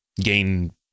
gain